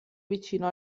vicino